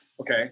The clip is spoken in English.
okay